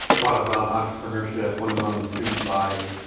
one is on entrepreneurship. one is on the student body.